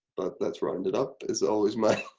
but that's rounded up. it's always my